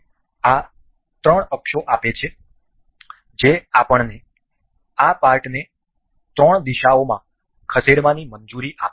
આ ત્રણ અક્ષો આપે છે જે આપણને આ પાર્ટને ત્રણ દિશાઓમાં ખસેડવાની મંજૂરી આપે છે